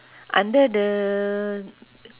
under the